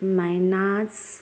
मायनाज्